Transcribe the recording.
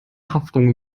haftung